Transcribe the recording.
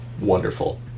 Wonderful